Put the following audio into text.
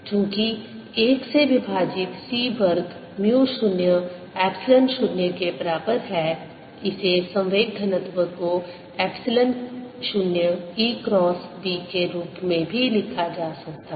चूंकि 1 से विभाजित c वर्ग म्यू 0 एप्सिलॉन 0 के बराबर है इसे संवेग घनत्व को एप्सिलॉन 0 E क्रॉस B के रूप में भी लिखा जा सकता है